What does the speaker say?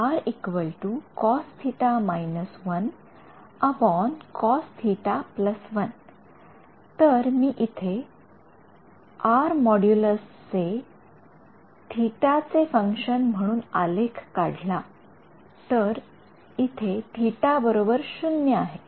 तर मी इथे R चा Ө चे फंकशन म्हणून आलेख काढला तर इथे तर Ө 0 आहे